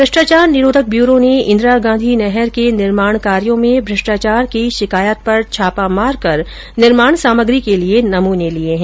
भ्रष्टाचार निरोधक ब्यूरो ने इंदिरा गांधी नहर के निर्माण कार्यो में भ्रष्टाचार की शिकायत पर छापा मारकर निर्माण सामग्री के लिये नमुने लिये है